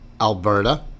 Alberta